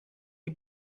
die